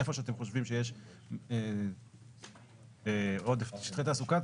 איפה שאתם חושבים שיש עודף שטחי תעסוקה,